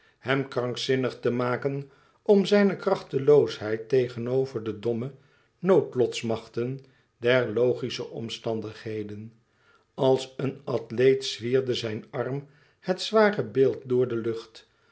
hem krankzinnig te maken om zijne krachteloosheid tegenover de domme noodlotsmachten der logische omstandigheden als een athleet zwierde zijn arm het zware beeld door de lucht